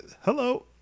Hello